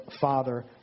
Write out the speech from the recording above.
Father